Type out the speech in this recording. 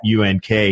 UNK